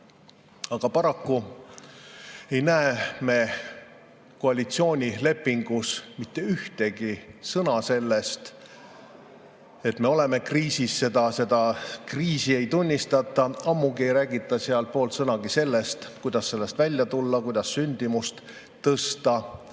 Paraku ei näe me koalitsioonilepingus mitte ühtegi sõna sellest, et me oleme kriisis. Seda kriisi ei tunnistata. Ammugi ei räägita seal poolt sõnagi sellest, kuidas sellest välja tulla, kuidas sündimust tõsta.